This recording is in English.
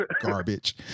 Garbage